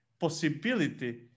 possibility